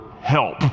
help